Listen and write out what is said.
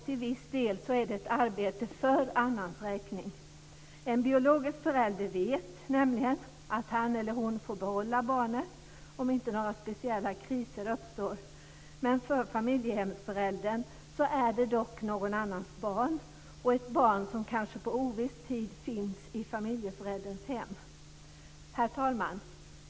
Till viss del är det arbete för annans räkning. En biologisk förälder vet nämligen att han eller hon får behålla barnet om inte några speciella kriser uppstår. För familjehemsföräldern är det dock någon annans barn, och ett barn som kanske på oviss tid finns i familjehemsförälderns hem. Herr talman!